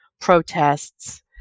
protests